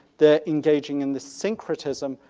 they're engaging in the syncretism,